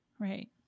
Right